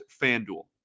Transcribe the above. FanDuel